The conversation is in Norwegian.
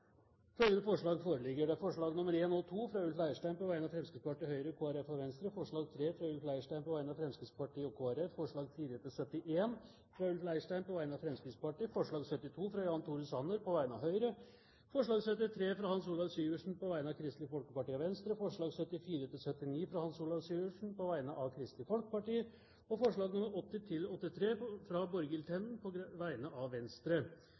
83 forslag. Det er forslagene nr. 1 og 2, fra Ulf Leirstein på vegne av Fremskrittspartiet, Høyre, Kristelig Folkeparti og Venstre forslag nr. 3, fra Ulf Leirstein på vegne av Fremskrittspartiet og Kristelig Folkeparti forslagene nr. 4–71, fra Ulf Leirstein på vegne av Fremskrittspartiet forslag nr. 72, fra Jan Tore Sanner på vegne av Høyre forslag nr. 73, fra Hans Olav Syversen på vegne av Kristelig Folkeparti og Venstre forslagene nr. 74–79, fra Hans Olav Syversen på vegne av Kristelig Folkeparti forslagene nr. 80–83, fra Borghild Tenden på vegne av Venstre